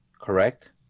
Correct